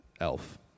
Elf